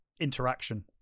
interaction